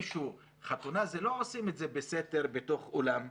חתונה לא עושים בסתר בתוך אולם קטן.